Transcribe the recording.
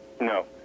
No